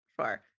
Sure